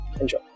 Enjoy